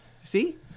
See